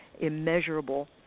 immeasurable